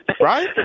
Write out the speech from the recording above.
Right